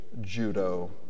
Judo